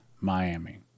Miami